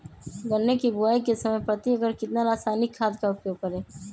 गन्ने की बुवाई के समय प्रति एकड़ कितना रासायनिक खाद का उपयोग करें?